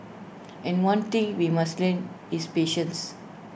and one thing we must learn is patience